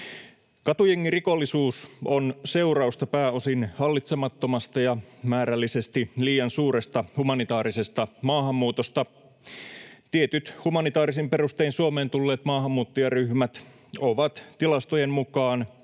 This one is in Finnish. Katujengirikollisuus on seurausta pääosin hallitsemattomasta ja määrällisesti liian suuresta humanitaarisesta maahanmuutosta. Tietyt humanitaarisin perustein Suomeen tulleet maahanmuuttajaryhmät ovat tilastojen mukaan